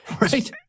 Right